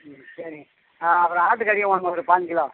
சரி ஆ அப்புறோம் ஆட்டு கறியும் வேணும்ங்க ஒரு பதியஞ்சு கிலோ